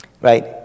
right